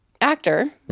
actor